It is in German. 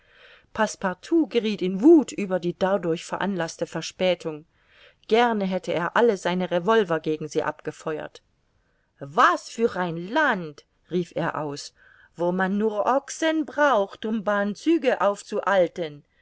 passepartout gerieth in wuth über die dadurch veranlaßte verspätung gerne hätte er alle seine revolver gegen sie abgefeuert was für ein land rief er aus wo man nur ochsen braucht um bahnzüge